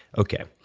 okay,